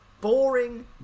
Boring